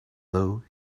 though